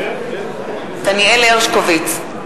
הרשקוביץ,